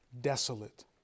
desolate